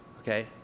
Okay